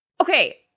Okay